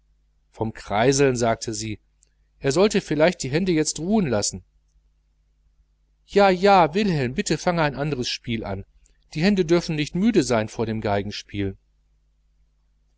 vom kreiseln sagte sie er sollte vielleicht die hände jetzt ruhen lassen ja ja wilhelm bitte fange ein anderes spiel an die hände dürfen nicht müde sein vor dem